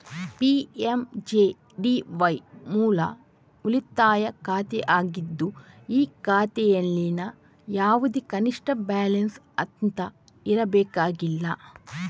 PMJDY ಮೂಲ ಉಳಿತಾಯ ಖಾತೆ ಆಗಿದ್ದು ಈ ಖಾತೆನಲ್ಲಿ ಯಾವುದೇ ಕನಿಷ್ಠ ಬ್ಯಾಲೆನ್ಸ್ ಅಂತ ಇರಬೇಕಾಗಿಲ್ಲ